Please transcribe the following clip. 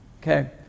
Okay